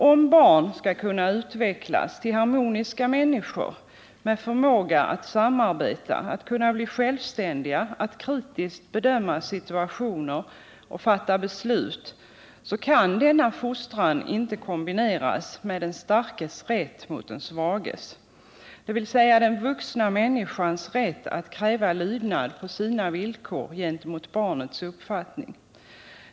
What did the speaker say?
Om barn skall kunna utvecklas till harmoniska människor med förmåga att samarbeta, att kunna bli självständiga, att kritiskt bedöma situationer och fatta beslut, kan deras fostran inte kombineras med den starkes rätt mot den svages, dvs. den vuxna människans rätt att kräva lydnad på sina villkor gentemot barnets uppfattning.